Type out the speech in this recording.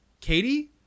katie